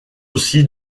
aussi